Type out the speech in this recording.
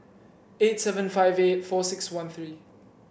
eight seven five eight four six one three